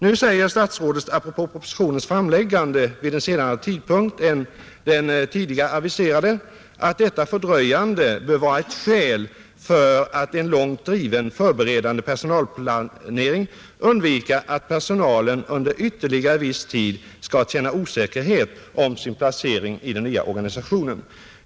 Nu säger statsrådet apropå propositionens framläggande vid en senare tidpunkt än den som tidigare aviserats att detta fördröjande bör vara ett ”skäl för att genom en långt driven förberedande personalplanering undvika att personalen ——— under ytterligare viss tid därefter skall känna ovisshet om sin placering i den nya organisationen”.